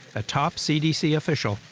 a top cdc official,